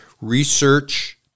research